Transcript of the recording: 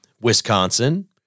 Wisconsin